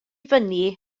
fyny